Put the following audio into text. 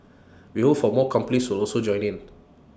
we hope for more companies will also join in